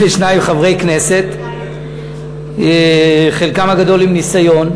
חברי כנסת, חלקם הגדול עם ניסיון,